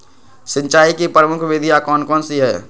सिंचाई की प्रमुख विधियां कौन कौन सी है?